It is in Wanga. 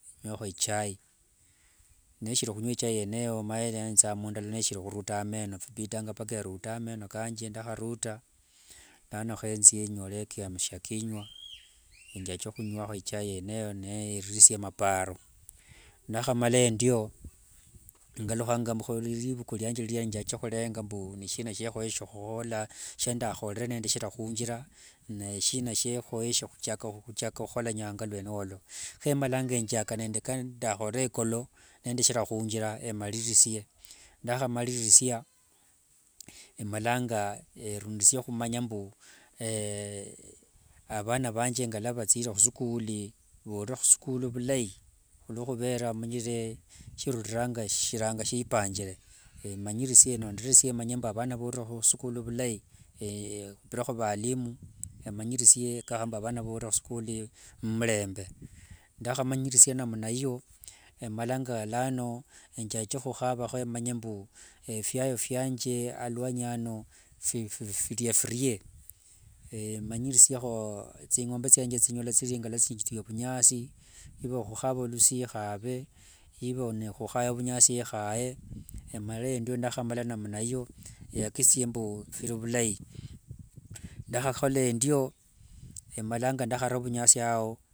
Nywekho ichai, neshiri khunywakho ichai yeneyo omanyire nzithanga mundalo nishiri khuruta meno phibidanga mpaka erude ameno kanje, ndakharura lano khunzie enyole kiamsha kinywa enjake khunywakho ichai yeneyo, neiririsia maparo, ndakhamala endio, ngalukhanga murivuku rianje khurenga mbu nishina shiekhoyekhe khukhola naye shina shiekhoyekhe khuchaka khukhola nyanga lwene olo, hemalanga njaka nde kandakhorere ekolo nendesheria khunjira, naye shina shia khoyekhane khukhola nyanga lwene olo, nende kandakhorere kolo nendesheria khunjira maririsie, emanyanga rumirisia khumanya mbu, avana vange ngilwa vathire khusikuli, ovorere khusikuli vulai, khuluokhuvera omanyire, shiruriranga sishiranga sipanjire, manyiririsie nonderesie manye mbu avana vorere khwisikuli vulai khupirekho valimu vamanyirisie kakhavanga vana vorere musukuli mmurembe, ndakhamanyirisia namna iyo emalanga lano njache khukhava, emanye mbu efyayo fyanje aluanyi ano phiria phirie, manyirisiekho thingombe thiange shingilwa thiria vunyasi iva khukhava lusi khave, iva nikhukhava vunyasi khaye endio ndakhamala namna iyo nzakikisie mbu phiri vulai, ndakhakhola endio emalanga ndakhara vunyasi ao.